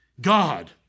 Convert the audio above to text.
God